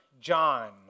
John